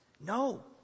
No